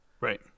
Right